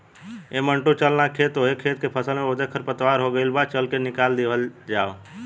ऐ मंटू चल ना खेत में ओह खेत के फसल में बहुते खरपतवार हो गइल बा, चल के निकल दिहल जाव